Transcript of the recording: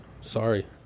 Sorry